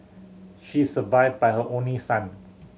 she is survived by her only son